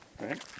right